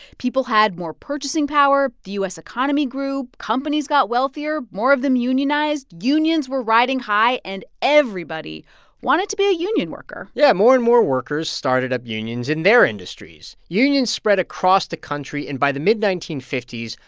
people had more purchasing power. the u s. economy grew. companies got wealthier. more of them unionized. unions were riding high. and everybody wanted to be a union worker yeah. more and more workers started up unions in their industries. unions spread across the country. and by the mid nineteen fifty s,